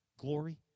glory